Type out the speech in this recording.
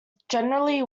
generally